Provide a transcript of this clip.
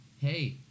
Hey